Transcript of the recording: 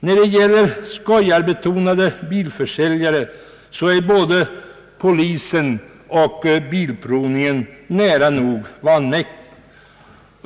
När det gäller skojarbetionade bilförsäljare är både polisen och bilprovningen nära nog vanmäktiga.